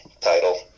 title